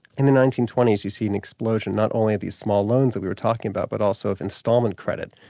in the nineteen twenty s you see an explosion not only of these small loans that we were talking about, but also of instalment credit,